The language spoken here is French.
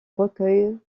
recueil